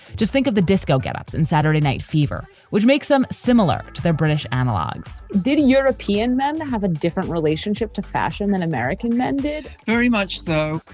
just think of the disco getups and saturday night fever, which makes them similar to their british analogues. did a european men have a different relationship to fashion than american men did? very much so.